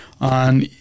on